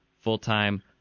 full-time